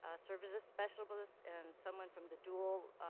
ah services specialist, and someone from the dual,